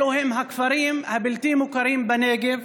אלו הם הכפרים הבלתי-מוכרים בנגב,